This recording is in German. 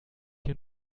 hier